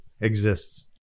exists